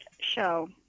show